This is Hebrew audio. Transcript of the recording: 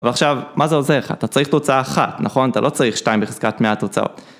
ועכשיו, מה זה עוזר לך? אתה צריך תוצאה אחת, נכון? אתה לא צריך 2 בחזקת 100 תוצאות.